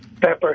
Pepper